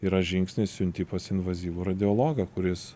yra žingsnis siuntimas į invazyvų radiologą kuris